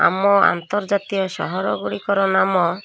ଆମ ଆନ୍ତର୍ଜାତୀୟ ସହର ଗୁଡ଼ିକର ନାମ